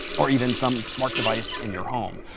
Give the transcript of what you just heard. or even some smart device in your home.